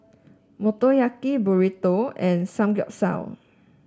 Motoyaki Burrito and Samgeyopsal